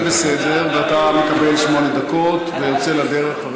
אתה תהיה בסדר, ואתה מקבל שמונה דקות ויוצא לדרך.